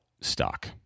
stock